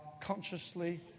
consciously